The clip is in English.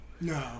No